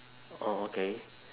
orh okay